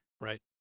Right